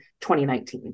2019